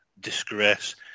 disgrace